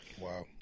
Wow